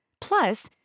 Plus